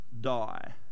die